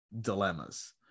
dilemmas